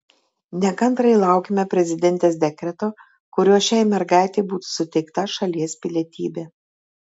nekantriai laukiame prezidentės dekreto kuriuo šiai mergaitei būtų suteikta šalies pilietybė